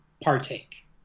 partake